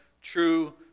true